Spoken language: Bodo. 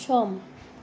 सम